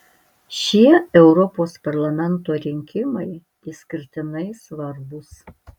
šie europos parlamento rinkimai išskirtinai svarbūs